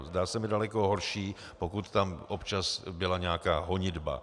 Zdá se mi daleko horší, pokud tam občas byla nějaká honitba.